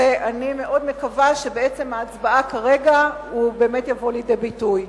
ואני מאוד מקווה שבעצם ההצבעה כרגע הוא באמת יבוא לידי ביטוי.